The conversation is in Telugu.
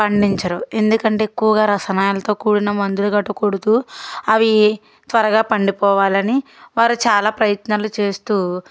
పండించరు ఎందుకంటే ఎక్కువగా రసాయనాలతో కూడిన మందులు గట్రా కొడుతూ అవీ త్వరగా పండిపోవాలని వారు చాలా ప్రయత్నాలు చేస్తూ